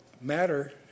matter